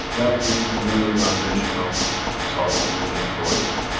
that brings another dimension of sorrows and joys,